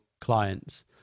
clients